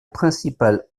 principal